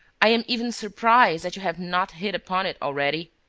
i am even surprised that you have not hit upon it already.